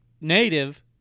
native